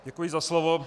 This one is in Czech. Děkuji za slovo.